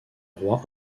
roi